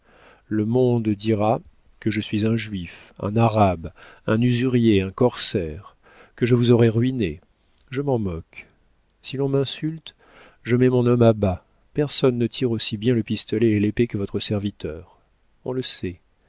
le monde dira que je suis un juif un arabe un usurier un corsaire que je vous aurai ruiné je m'en moque si l'on m'insulte je mets mon homme à bas personne ne tire aussi bien le pistolet et l'épée que votre serviteur on le sait